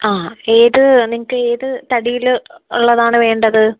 ആ ഏത് നിങ്ങൾക്ക് ഏത് തടിയിൽ ഉള്ളതാണ് വേണ്ടത്